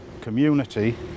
community